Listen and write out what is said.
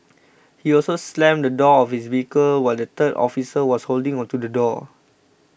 he also slammed the door of his vehicle while the third officer was holding onto the door